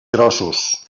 grossos